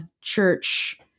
church